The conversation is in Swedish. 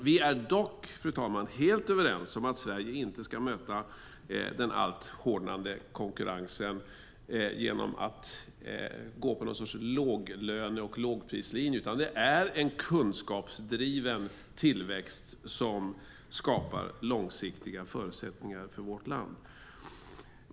Vi är dock, fru talman, helt överens om att Sverige inte ska möta den allt hårdare konkurrensen med en låglöne eller lågprislinje, utan det är en kunskapsdriven tillväxt som skapar långsiktiga förutsättningar för vårt land.